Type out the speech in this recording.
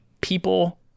people